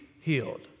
healed